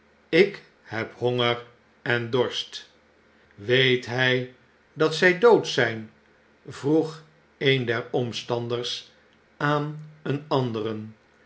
ik heb honger en dorst weet hy dat zy dood zyn vroeg eender omstanders aan een anderen